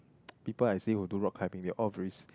people I see who do rock climbing they all very